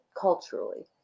culturally